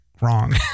wrong